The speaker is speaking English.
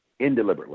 indeliberately